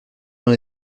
dans